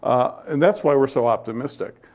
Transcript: and that's why we're so optimistic.